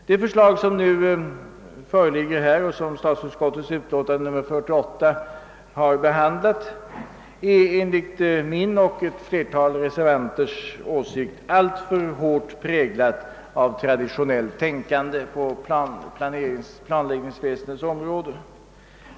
Det förslag som föreligger och som behandlas i statsutskottets förevarande utlåtande är enligt min och ett flertal andra reservanters åsikt alltför hårt präglat av traditionellt tänkande på planläggningsväsendets område.